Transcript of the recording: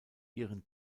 ihren